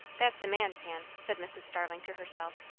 that's a man's hand, said mrs. starling to herself.